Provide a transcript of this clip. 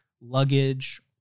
Luggage